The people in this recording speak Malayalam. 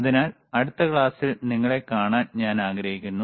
അതിനാൽ അടുത്ത ക്ലാസ്സിൽ നിങ്ങളെ കാണാൻ ഞാൻ ആഗ്രഹിക്കുന്നു